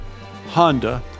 Honda